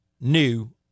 new